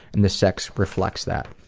and the sex reflects that.